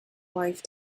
wife